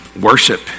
worship